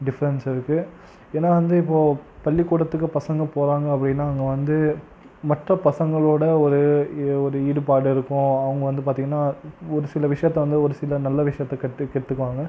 difference இருக்குது ஏன்னா வந்து இப்போது பள்ளிக்கூடத்துக்கு பசங்க போகிறாங்க அப்படினா அங்கே வந்து மற்ற பசங்களோடய ஒரு ஒரு ஈடுபாடு இருக்கும் அவங்க வந்து பார்த்திங்கனா ஒரு சில விஷயத்தை வந்து ஒரு சில நல்ல விஷயத்தை கற்றுக்க கற்றுக்குவாங்க